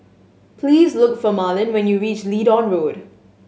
please look for Marlyn when you reach Leedon Road